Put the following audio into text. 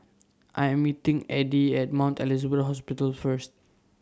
I Am meeting Addie At Mount Elizabeth Hospital First